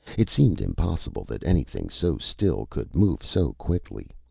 it seemed impossible that anything so still could move so quickly.